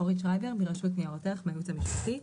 אורית שרייבר מהרשות לניירות ערך מהייעוץ המשפטי,